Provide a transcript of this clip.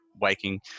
waking